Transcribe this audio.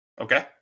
Okay